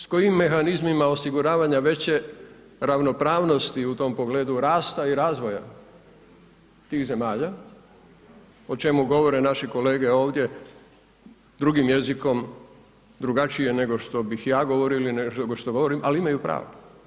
S kojim mehanizmima osiguravanja veće ravnopravnosti u tom pogledu rasta i razvoja tih zemalja o čemu govore naši kolege ovdje drugim jezikom, drugačije nego što bih ja govorio ili nego što govorim ali imaju pravo.